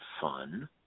fun